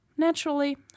Naturally